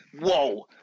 whoa